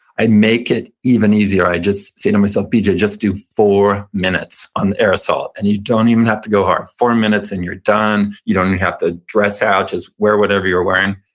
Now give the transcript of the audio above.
i make it even easier. i just say to myself, bj, just just do four minutes on the air assault, and you don't even have to go hard. four minutes and you're done. you don't even have to dress out. just wear whatever you're wearing.